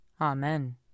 Amen